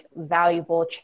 valuable